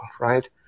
right